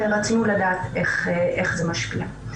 ורצינו לדעת איך זה משפיע.